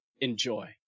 Enjoy